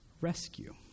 rescue